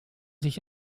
sich